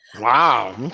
Wow